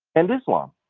and islam.